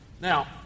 Now